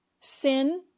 Sin